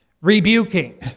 rebuking